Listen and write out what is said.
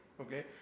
Okay